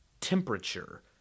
temperature